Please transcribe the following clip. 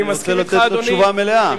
ואני רוצה לתת לו תשובה מלאה.